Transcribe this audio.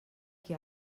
qui